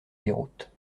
déroute